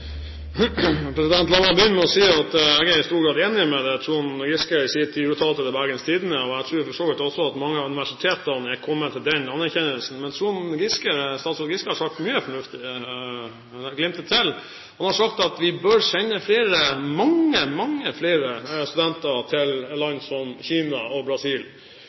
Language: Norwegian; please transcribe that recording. La meg begynne med å si at jeg er i stor grad enig i det statsråd Giske i sin tid uttalte til Bergens Tidende, og jeg tror for så vidt at mange av universitetene er kommet til den erkjennelsen. Statsråd Giske har sagt mye fornuftig – han glimter til. Han har sagt at vi bør sende mange flere studenter til land som Kina og Brasil.